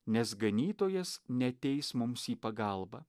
nes ganytojas neateis mums į pagalbą